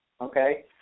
okay